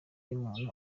y’umuntu